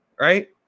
right